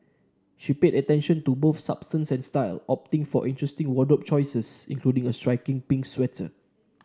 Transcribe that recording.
she paid attention to both substance and style opting for interesting wardrobe choices including a striking pink sweater